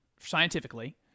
scientifically